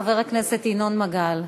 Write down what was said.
חבר הכנסת ינון מגל.